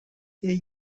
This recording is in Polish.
jej